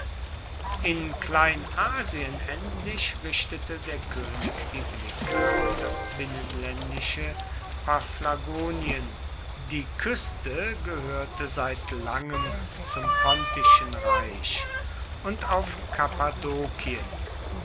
in kleinasien endlich richtete der könig die blicke auf das binnenländische paphlagonien die küste gehörte seit langem zum poptischen reich und auf